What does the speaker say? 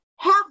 half